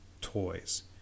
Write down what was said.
toys